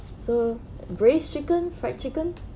so braised chicken fried chicken